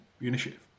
initiative